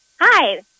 Hi